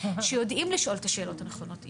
שיודעים לשאול את השאלות הנכונות,